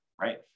right